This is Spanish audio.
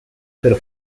pero